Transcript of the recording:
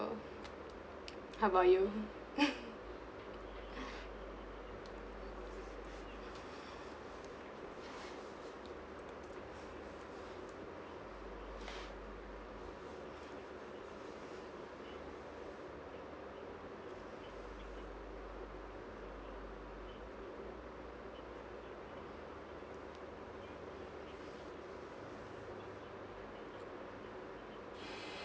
how about you